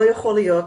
אמרו לא יכול להיות.